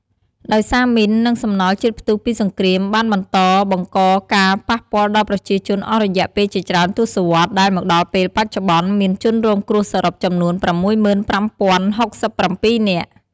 ដោយសារមីន និងសំណល់ជាតិផ្ទុះពីសង្គ្រាមបានបន្តបង្កការប៉ះពាល់ដល់ប្រជាជនអស់រយៈពេលជាច្រើនទសវត្សរ៍ ដែលមកដល់ពេលបច្ចុប្បន្ន មានជនរងគ្រោះសរុបចំនួន ៦៥,០៦៧ នាក់ ។